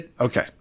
Okay